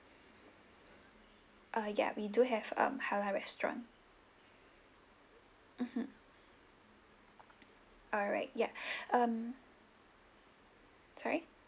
uh yeah we do have um halal restaurant mmhmm alright ya um sorry